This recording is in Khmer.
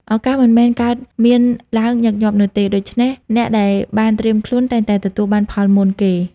ឱកាសមិនមែនកើតមានឡើងញឹកញាប់នោះទេ ដូច្នេះអ្នកដែលបានត្រៀមខ្លួនតែងតែទទួលបានផលមុនគេ។